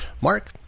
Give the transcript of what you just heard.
Mark